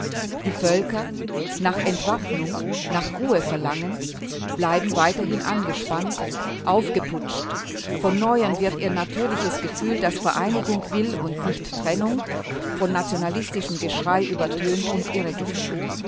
die völker nach entwaffnung nach ruhe verlangend bleiben weiterhin angespannt aufgeputscht von neuem wird ihr natürliches gefühl das vereinigung will und nicht trennung von nationalistischem geschrei übertönt und